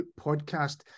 podcast